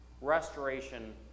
Restoration